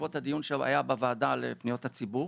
בעקבות הדיון שהיה בוועדה לפניות הציבור,